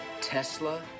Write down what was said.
Tesla